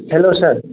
sir